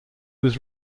was